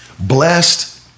Blessed